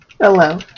Hello